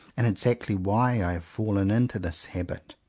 and exactly why, i have fallen into this habit.